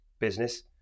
business